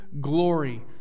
glory